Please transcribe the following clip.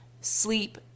sleep